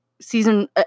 season